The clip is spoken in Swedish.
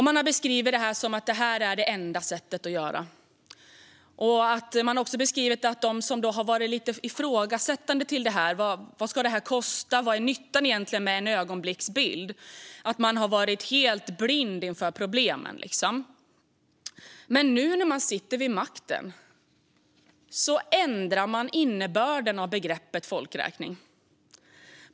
Man har beskrivit det som det enda sättet att göra det här, och de som varit lite frågande till vad det ska kosta och vad nyttan egentligen är med en ögonblicksbild har man beskrivit som helt blinda inför problemen. Nu när man sitter vid makten ändrar man innebörden av begreppet folkräkning.